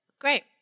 Great